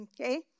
okay